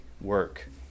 work